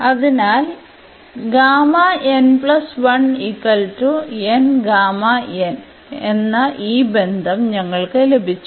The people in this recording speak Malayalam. അതിനാൽ എന്ന ഈ ബന്ധം ഞങ്ങൾക്ക് ലഭിച്ചു